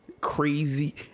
crazy